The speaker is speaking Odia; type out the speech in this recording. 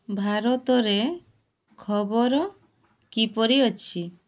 ଭାରତରେ ଖବର କିପରି ଅଛି